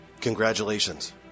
Congratulations